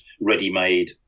ready-made